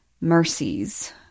mercies